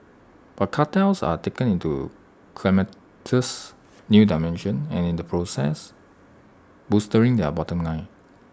but cartels are taking IT to calamitous new dimensions and in the process bolstering their bottom line